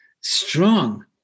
strong